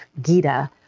gita